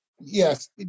Yes